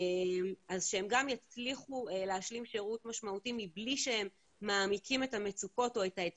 שהם גם יצליחו להשלים שירת משמעותי מבלי שהם מעמיקים את האתגרים